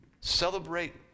celebrate